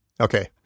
Okay